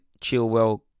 Chilwell